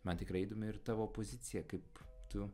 man tikrai įdomi ir tavo pozicija kaip tu